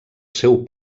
seu